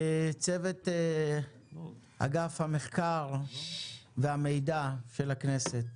צוות אגף המחקר והמידע של הכנסת.